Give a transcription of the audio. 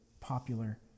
popular